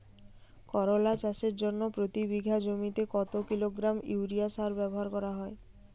করলা চাষের জন্য প্রতি বিঘা জমিতে কত কিলোগ্রাম ইউরিয়া সার ব্যবহার করা হয়?